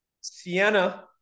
Sienna